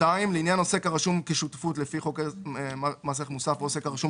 "(2)לעניין עוסק הרשום כשותפות לפי חוק מס ערך מוסף או עוסק הרשום